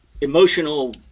emotional